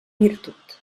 virtut